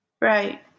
Right